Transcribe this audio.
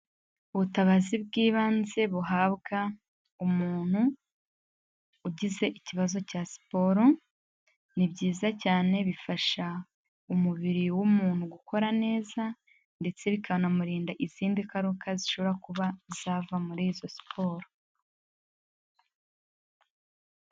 Ubutabazi bw'ibanze buhabwa umuntu ugize ikibazo cya siporo, ni byiza cyane bifasha umubiri w'umuntu gukora neza ndetse bikanamurinda izindi ngaruka zishobora kuba zava muri izo siporo.